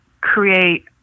create